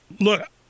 look